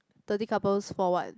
thirty couples for what